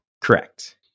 Correct